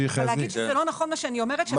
להגיד שזה לא נכון מה שאני אומרת,